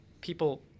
people